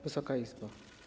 Wysoka Izbo!